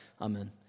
Amen